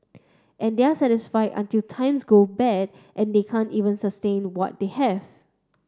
and they are satisfied until times go bad and they can't even sustain what they have